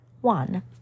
One